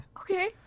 okay